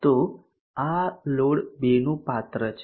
તો આ લોડ 2 નું પાત્ર છે